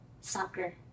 Soccer